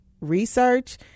research